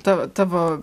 ta tavo